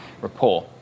rapport